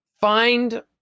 Find